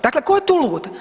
Dakle, ko je tu lud?